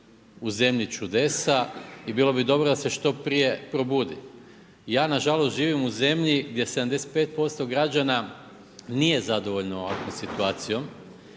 u zemlji čudesa i bilo bi dobro da se što prije probudi. Ja nažalost živim u zemlji gdje 75% građana nije zadovoljno ovakvom situacijom